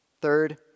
Third